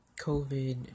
COVID